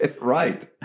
Right